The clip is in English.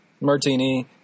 martini